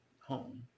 home